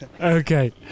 Okay